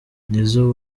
nizzo